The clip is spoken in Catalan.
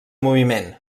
moviment